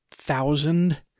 thousand